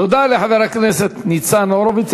תודה לחבר הכנסת ניצן הורוביץ.